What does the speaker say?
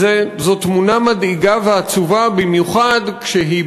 זאת תמונה מדאיגה ועצובה במיוחד כשהיא